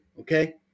okay